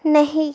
نہیں